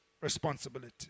responsibility